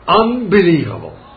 Unbelievable